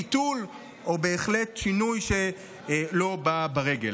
ביטול או בהחלט שינוי שלא בא ברגל.